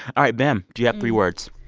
all right, bim, do you have three words?